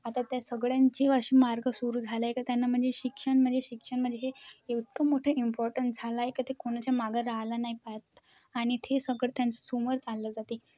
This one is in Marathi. आता त्या सगळ्यांची अशी मार्ग सुरू झाला आहे का त्यांना म्हणजे शिक्षण म्हणजे शिक्षण म्हणजे हे एवढं मोठं इम्पॉर्टन्स झाला आहे का ते कोणाच्या मागं राहिलं नाही पाहात आणि ते सगळं त्यांचं समोर चाललं जाते